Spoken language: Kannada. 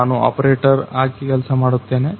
ನಾನು ಆಪರೇಟರ್ ಆಗಿ ಕೆಲಸಮಾಡುತ್ತೇನೆ